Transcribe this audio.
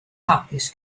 hapus